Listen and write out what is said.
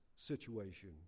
situation